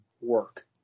work